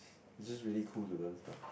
it's just really cool to learn stuff